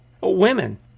Women